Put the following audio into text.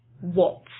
watts